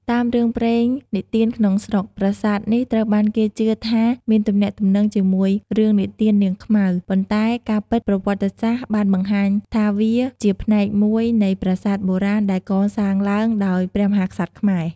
តាមរឿងព្រេងនិទានក្នុងស្រុក ប្រាសាទនេះត្រូវបានគេជឿថាមានទំនាក់ទំនងជាមួយរឿងនិទាននាងខ្មៅ ប៉ុន្តែការពិតប្រវត្តិសាស្ត្របានបង្ហាញថាវាជាផ្នែកមួយនៃប្រាសាទបុរាណដែលកសាងឡើងដោយព្រះមហាក្សត្រខ្មែរ។